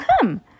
come